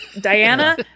Diana